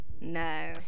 no